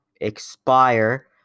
expire